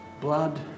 blood